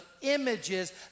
images